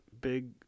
Big